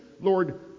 Lord